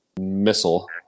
missile